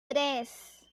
tres